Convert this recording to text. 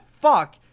fuck